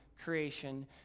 creation